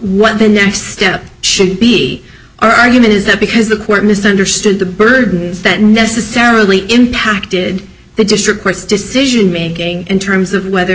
what the next step should be our argument is that because the court misunderstood the burden is that necessarily impacted the district court's decision making in terms of whether